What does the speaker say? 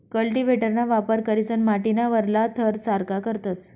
कल्टीव्हेटरना वापर करीसन माटीना वरला थर सारखा करतस